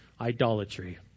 idolatry